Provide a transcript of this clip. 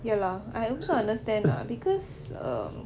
ya lah I also understand lah because err